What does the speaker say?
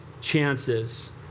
chances